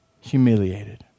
humiliated